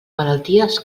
malalties